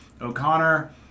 o'connor